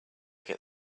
get